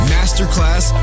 Masterclass